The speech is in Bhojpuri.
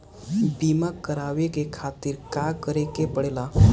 बीमा करेवाए के खातिर का करे के पड़ेला?